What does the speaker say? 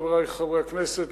חברי חברי הכנסת,